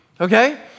okay